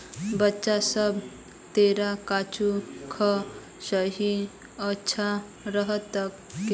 बच्चा सब, तोरा काजू खा सेहत अच्छा रह तोक